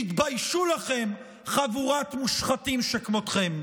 תתביישו לכם, חבורת מושחתים שכמותכם.